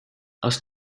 aus